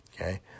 okay